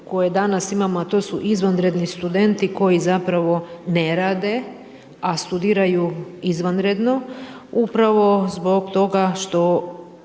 koje danas imamo a to su izvanredni studenti koji zapravo ne rade, a studiraju izvanredno upravo zbog toga što